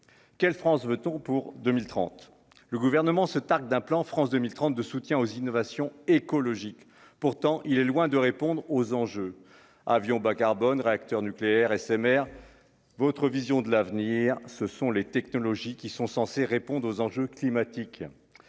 quelle France veut ton pour 2030, le gouvernement se targue d'un plan France 2030, de soutien aux innovations écologiques, pourtant il est loin de répondre aux enjeux avion bas-carbone réacteurs nucléaires SMR, votre vision de l'avenir, ce sont les technologies qui sont censés répondre aux enjeux climatiques,